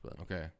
Okay